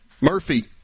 Murphy